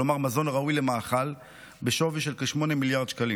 כלומר מזון הראוי למאכל בשווי של כ-8 מיליארד שקלים.